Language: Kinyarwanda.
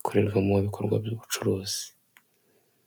ikorerwamo ibikorwa by'ubucuruzi.